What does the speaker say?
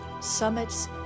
summits